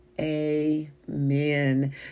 amen